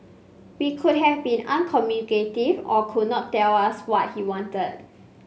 he could have been uncommunicative or could not tell us what he wanted